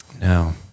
No